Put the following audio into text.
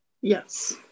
yes